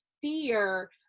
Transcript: fear